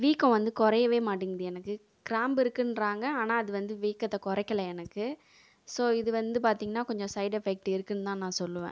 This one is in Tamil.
வீக்கம் வந்து குறையவே மாட்டிங்குது எனக்கு கிராம்பு இருக்குதுன்றாங்க ஆனால் அது வந்து வீக்கத்தை குறைக்கல எனக்கு ஸோ இது வந்து பார்த்தீங்னா கொஞ்சம் சைட் எஃபெக்ட் இருக்குதுனு தான் நான் சொல்லுவேன்